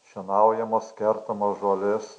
šienaujamos kertamos žolės